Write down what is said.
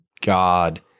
God